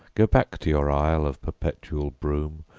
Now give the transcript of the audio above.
go back to your isle of perpetual brume,